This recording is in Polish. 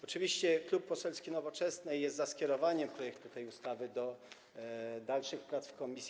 Oczywiście Klub Poselski Nowoczesna jest za skierowaniem projektu tej ustawy do dalszych prac w komisji.